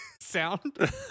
sound